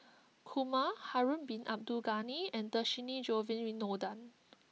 Kumar Harun Bin Abdul Ghani and Dhershini Govin Winodan